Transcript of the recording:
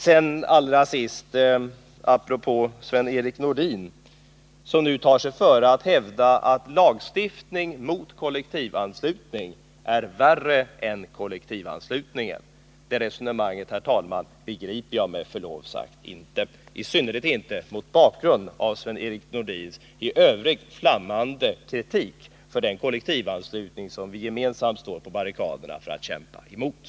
Allra sist vill jag vända mig till Sven-Erik Nordin som nu tar sig före att hävda att lagstiftning mot kollektivanslutning är värre än kollektivanslutningen själv. Det resonemanget, herr talman, begriper jag med förlov sagt inte, i synnerhet inte mot bakgrunden av Sven-Erik Nordins kritik i övrigt mot kollektivanslutningen, en kritik där våra uppfattningar är så samstämmiga.